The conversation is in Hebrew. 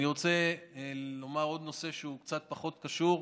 אני רוצה לומר עוד נושא שהוא קצת פחות קשור,